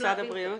משרד הבריאות.